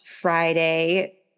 Friday